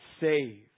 save